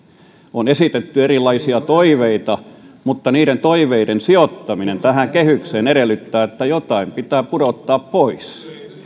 on esitetty erilaisia toiveita mutta niiden toiveiden sijoittaminen tähän kehykseen edellyttää että jotain pitää pudottaa pois